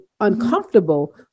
uncomfortable